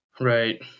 Right